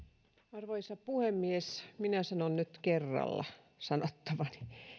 arvoisa puhemies minä sanon nyt kerralla sanottavani